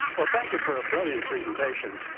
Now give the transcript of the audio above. well, thank you for a brilliant presentation.